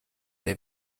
der